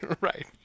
Right